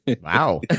Wow